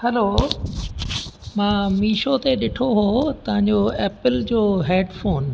हलो मां मीशो ते ॾिठो हुओ तव्हांजो एपल जो हेडफ़ोन